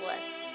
lists